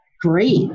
great